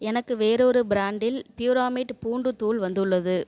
எனக்கு வேறொரு ப்ராண்டில் ப்யூராமேட் பூண்டு தூள் வந்துள்ளது